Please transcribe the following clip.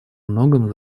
многом